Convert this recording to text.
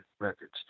Records